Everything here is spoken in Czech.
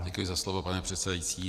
Děkuji za slovo, pane předsedající.